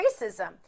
racism